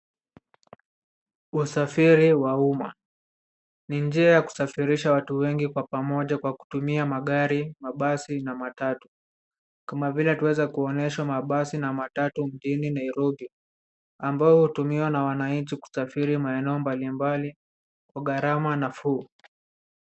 Usafiri wa umma. Ni njia ya kusafirisha watu wengi kwa pamoja kwa kutumia magari, mabasi na matatu. Kama vile twaweza kuonyeshwa mabasi na matatu mjini Nairobi ambayo hutumiwa na wananchi kusafiri maeneo mbalimbali kwa gharama nafuu.